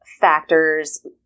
factors